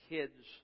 Kids